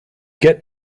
get